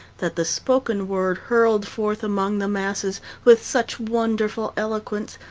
that the spoken word hurled forth among the masses with such wonderful eloquence,